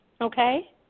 okay